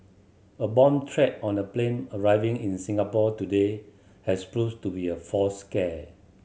a bomb threat on a plane arriving in Singapore today has proves to be a false scare